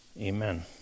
Amen